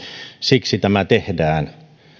siksi tämä tehdään